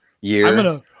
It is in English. year